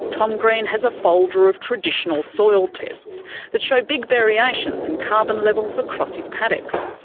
tom green has a folder of traditional soil tests that show big variations in carbon levels across his paddocks.